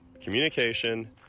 communication